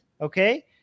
okay